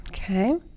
Okay